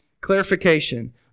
Clarification